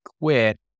quit